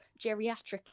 geriatric